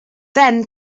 then